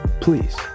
Please